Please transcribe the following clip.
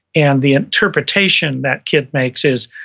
and the interpretation that kid makes is,